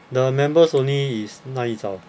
the members only is 哪一种